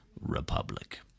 republic